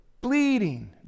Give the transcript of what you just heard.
bleeding